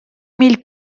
mille